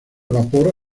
vapor